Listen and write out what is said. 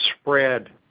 spread